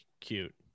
Cute